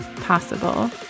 possible